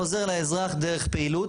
חוזר לאזרח דרך פעילות,